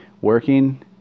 working